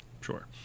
Sure